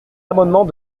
amendement